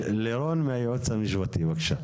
לירון מהייעוץ המשפטי, בבקשה.